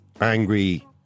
angry